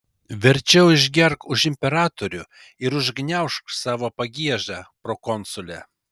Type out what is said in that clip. verčiau išgerk už imperatorių ir užgniaužk savo pagiežą prokonsule